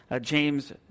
James